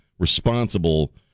responsible